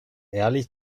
ehrlich